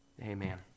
Amen